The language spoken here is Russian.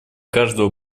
каждого